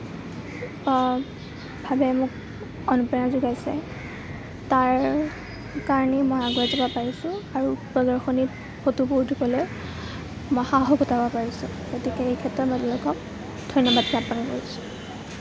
ভাৱে মোক অনুপ্ৰেৰণা যোগাইছে তাৰ কাৰণেই মই আগুৱাই যাব পাৰিছোঁ আৰু প্ৰদৰ্শণীত ফটোবোৰ দিবলৈ